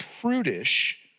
prudish